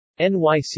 NYC